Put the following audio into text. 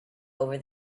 over